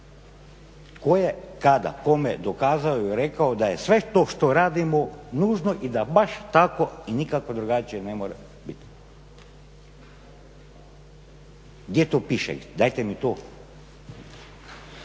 Tko je kada kome dokazao i rekao da je to sve što radimo nužno i da baš tako i nikako drugačije ne može bit? Gdje to piše, dajte mi to.